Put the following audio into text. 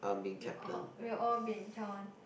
we will all we will all be in town